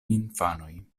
infanoj